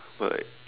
but like